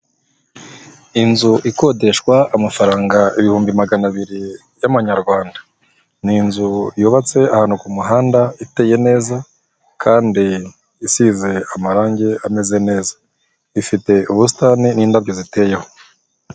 Inzu ikodeshwa amafaranga ibihumbi magana abiri y'amanyarwanda. Ni inzu yubatse ahantu ku muhanda, iteye neza kandi isize amarangi ameze neza. Ifite ubusitani n'indabyo ziteyeho.